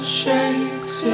shakes